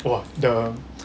!wah! the